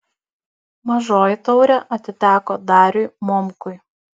mažoji taurė atiteko dariui momkui